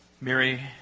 Mary